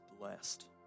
blessed